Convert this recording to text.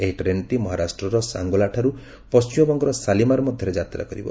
ଏହି ଟ୍ରେନ୍ଟି ମହାରାଷ୍ଟ୍ରର ସାଙ୍ଗେଲାଠାରୁ ପଣ୍ଟିମବଙ୍ଗର ଶାଲିମାର୍ ମଧ୍ୟରେ ଯାତ୍ରା କରିବ